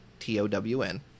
T-O-W-N